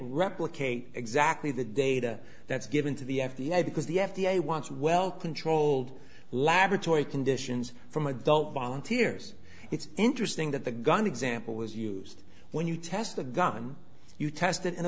replicate exactly the data that's given to the f b i because the f d a wants well controlled laboratory conditions from adult volunteers it's interesting that the gun example was used when you test a gun you test it in a